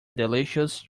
delicious